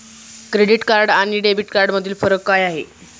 Credit card आणि debit कार्डमधील फरक काय आहे?